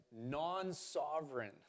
non-sovereign